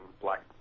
black